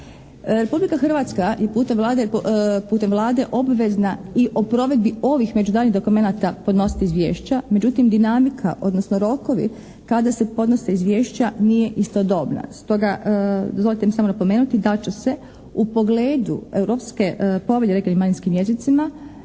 Republika Hrvatska je putem Vlade obvezna i o provedbi ovih međunarodnih dokumenata podnositi izvješća, međutim dinamika, odnosno rokovi kada se podnose izvješća nije istodobna. Stoga, dozvolite mi samo napomenuti da će se u pogledu Europske povelje o regionalnim i